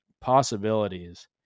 possibilities